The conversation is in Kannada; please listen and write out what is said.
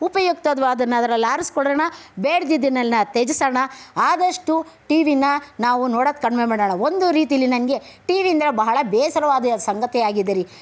ಉಪಯುಕ್ತವಾದದ್ದನ್ನ ಅದ್ರಲ್ಲಿ ಆರಿಸ್ಕೊಳ್ಳೋಣ ಬೇಡದಿದ್ದನ್ನೆಲ್ಲ ತ್ಯಜಿಸೋಣ ಆದಷ್ಟು ಟಿ ವಿನ ನಾವು ನೋಡೋದು ಕಡಿಮೆ ಮಾಡೋಣ ಒಂದು ರೀತಿಯಲ್ಲಿ ನನಗೆ ಟಿ ವಿ ಅಂದರೆ ಬಹಳ ಬೇಸರವಾದ ಸಂಗತಿ ಆಗಿದೆ ರೀ